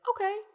okay